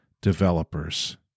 developers